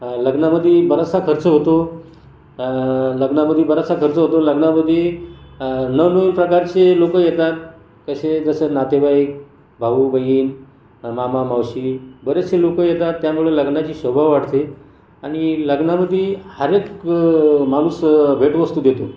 लग्नामध्ये बराचसा खर्च होतो अं लग्नामध्ये बरासचा खर्च होतो लग्नामधी अं नवनवीन प्रकारचे लोक येतात कसे जसं नातेवाईक भाऊबहीण मामामावशी बरेचसे लोक येतात त्यामुळे लग्नाची शोभा वाढते आणि लग्नामधी हरएक माणूस भेटवस्तू देतो